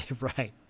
Right